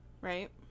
right